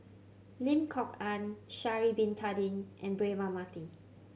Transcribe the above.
Lim Kok Ann Sha'ari Bin Tadin and Braema Mathi